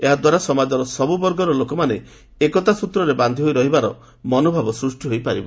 ଏହାଦ୍ୱାରା ସମାଜର ସବୁ ବର୍ଗର ଲୋକମାନେ ଏକତା ସୂତ୍ରରେ ବାନ୍ଧି ହୋଇ ରହିବାର ମନୋଭାବ ସୃଷ୍ଟି ହୋଇପାରିବ